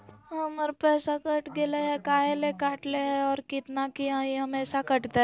हमर पैसा कट गेलै हैं, काहे ले काटले है और कितना, की ई हमेसा कटतय?